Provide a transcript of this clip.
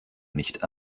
nicht